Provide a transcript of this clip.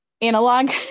analog